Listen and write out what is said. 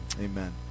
Amen